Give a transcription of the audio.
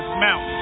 mount